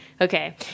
Okay